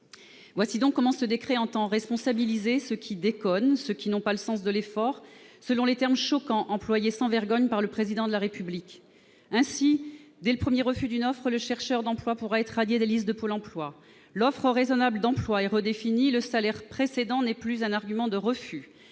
Voici donc comment ce décret entend responsabiliser « ceux qui déconnent », qui « n'ont pas le sens de l'effort », selon les termes choquants employés sans vergogne par le Président de la République : dès le premier refus d'une offre, le chercheur d'emploi pourra être radié des listes de Pôle emploi ; l'offre raisonnable d'emploi est redéfinie, le salaire précédent n'étant plus un motif de refus